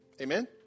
Amen